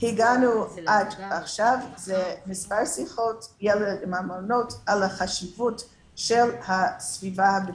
הגענו עד עכשיו למספר שיחות עם המעונות על החשיבות של הסביבה הבטוחה.